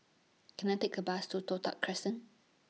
Can I Take A Bus to Toh Tuck Crescent